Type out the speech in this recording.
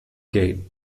gate